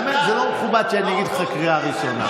באמת, זה לא מכובד שאני אגיד לך קריאה ראשונה.